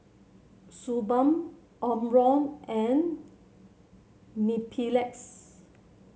Suu Balm Omron and Mepilex